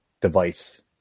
device